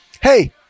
hey